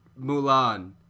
Mulan